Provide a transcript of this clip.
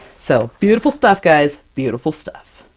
so, beautiful stuff guys! beautiful stuff!